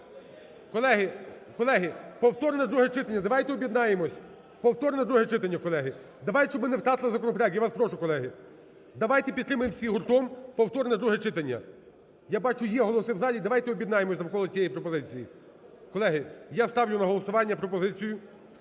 За-205 Колеги, повторне друге читання. Давайте об'єднаємося. Повторне друге читання, колеги. Давайте, щоб ми не втратили законопроект. Я вас прошу, колеги. Давайте підтримаємо всі гуртом повторне друге читання. Я бачу, є голоси в залі. Давайте об'єднаємося навколо цієї пропозиції. Колеги, я ставлю на голосування пропозицію